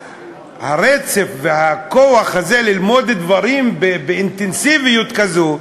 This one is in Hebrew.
הרצף והכוח הזה ללמוד דברים באינטנסיביות כזאת,